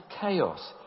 chaos